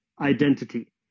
identity